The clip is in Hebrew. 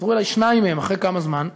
חזרו אלי שניים מהם אחרי זמן מה,